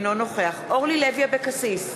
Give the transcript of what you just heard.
אינו נוכח אורלי לוי אבקסיס,